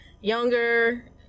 younger